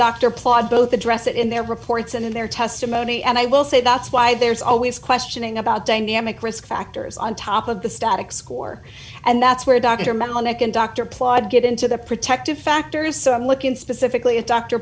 dr plod both address it in their reports and in their testimony and i will say that's why there's always questioning about dynamic risk factors on top of the static score and that's where dr melnick and dr plod get into the protective factors so i'm looking specifically at d